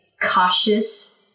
cautious